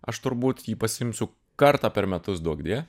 aš turbūt jį pasiimsiu kartą per metus duok die